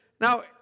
Now